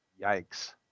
Yikes